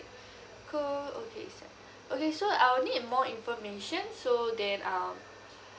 call okay set okay so I'll need more information so then um